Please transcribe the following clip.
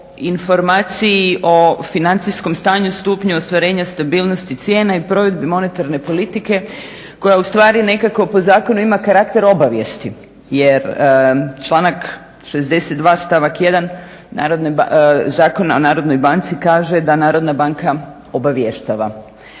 o informaciji o financijskom stanju stupnju ostvarenja stabilnosti cijena i provedbi monetarne politike koja ostvari nekako po zakonu ima karakter obavijesti jer članak 62. stavak 1. Zakona o narodnoj banci kaže da Narodna banka obavještava